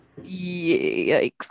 Yikes